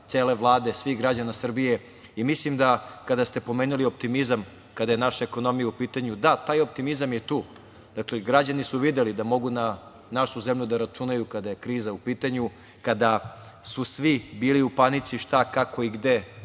cele Vlade, svih građana Srbije. Mislim da kada ste pomenuli optimizam, kada je naša ekonomija u pitanju. Da, taj optimizam je tu, dakle građani su videli da mogu na našu zemlju da računaju kada je kriza u pitanju, kada su svi bili u panici, šta, kako i gde